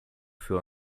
für